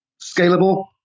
Scalable